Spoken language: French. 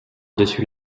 dessus